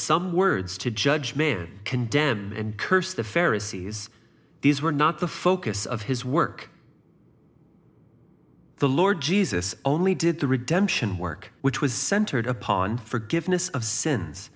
some words to judge may or condemn and curse the ferris sees these were not the focus of his work the lord jesus only did the redemption work which was centered upon forgiveness of sins